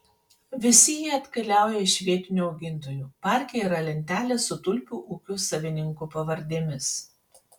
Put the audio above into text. visi jie atkeliauja iš vietinių augintojų parke yra lentelės su tulpių ūkių savininkų pavardėmis